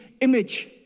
image